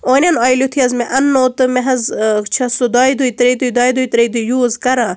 اونیَن اویِل یُتھٕے حظ مےٚ اَننوو تہِ مےٚ حظ ٲں چھَس سُہ دۄیہِ دُہۍ ترٛیہِ دُہۍ دۄیہِ دُہۍ ترٛیہِ دُہۍ یوٗز کران